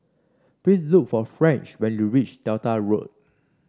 please look for French when you reach Delta Road